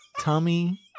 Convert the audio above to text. tummy